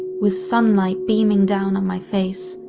with sunlight beaming down on my face,